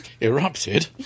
Erupted